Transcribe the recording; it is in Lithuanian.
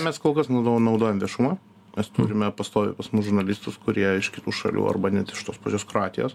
mes kol kas naudojam viešumą mes turime pastoviai pas mus žurnalistus kurie iš kitų šalių arba net iš tos pačios kroatijos